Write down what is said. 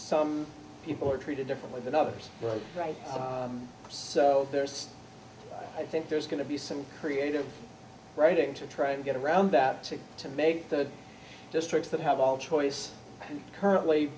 some people are treated differently than others right so there's i think there's going to be some creative writing to try to get around that to make the districts that have all choice currently